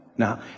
Now